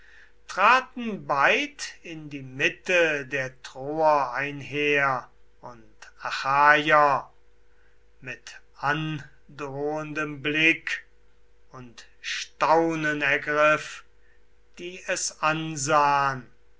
traten beid in die mitte der troer einher und achaier mit androhendem blick und staunen ergriff die es ansahn